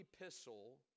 epistle